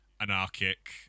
anarchic